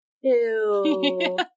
Ew